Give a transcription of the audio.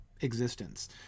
existence